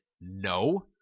no